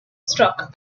struck